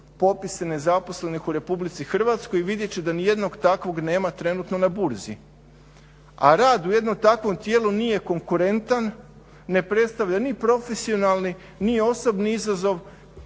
popise nezaposlenih u RH i vidjet će da niti jednog takvog nema trenutno na burzi. A rad u jednom takvom tijelu nije konkurentan, ne predstavlja ni profesionalni ni osobni izazov,